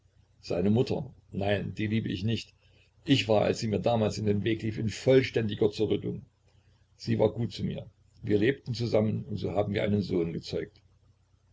seine mutter nein die liebe ich nicht ich war als sie mir damals in den weg lief in vollständiger zerrüttung sie war gut zu mir wir lebten zusammen und so haben wir einen sohn gezeugt